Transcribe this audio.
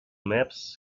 maps